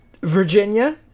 Virginia